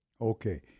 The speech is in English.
Okay